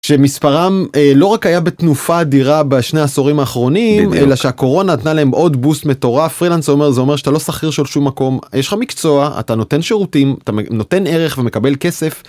שמספרה לא רק היה בתנופה אדירה בשני העשורים האחרונים אלא שהקורונה נתנה להם עוד בוסט מטורף פרילנס אומר זה אומר שאתה לא שכיר של שום מקום יש לך מקצוע אתה נותן שירותים אתה נותן ערך ומקבל כסף.